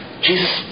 Jesus